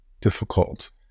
difficult